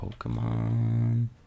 Pokemon